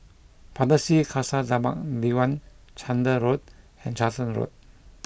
Pardesi Khalsa Dharmak Diwan Chander Road and Charlton Road